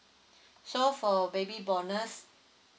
so for baby bonus